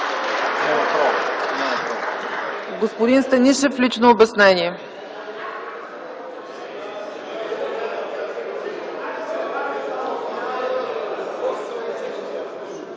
Господин Станишев – лично обяснение.